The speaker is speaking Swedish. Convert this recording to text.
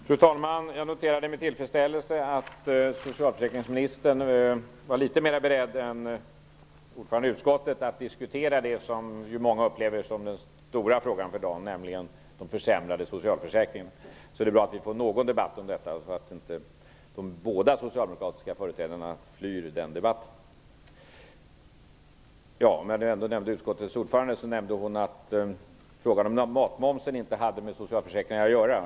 Fru talman! Jag noterade med tillfredsställelse att socialförsäkringsministern var litet mer beredd än utskottsordföranden att diskutera det som många upplever som den stora frågan för dagen, nämligen de försämrade socialförsäkringarna. Det är bra att vi får någon debatt om detta och att inte båda socialdemokratiska företrädarna flyr den debatten. När jag nu ändå nämnde utskottets ordförande kan jag säga att hon nämnde att frågan om matmomsen inte hade med socialförsäkringar att göra.